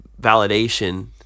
validation